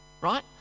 right